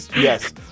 yes